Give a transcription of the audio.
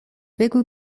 بگو